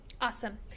Awesome